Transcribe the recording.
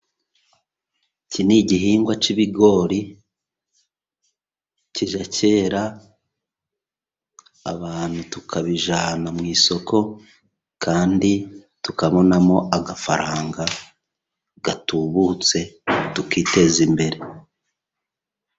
Iki ni igihingwa cy'ibigori, kijya cyera abantu bakakijyana mu isoko, kandi tukabonamo amafaranga atubutse, tukiteza imbere.